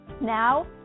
Now